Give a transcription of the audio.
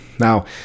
Now